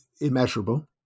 immeasurable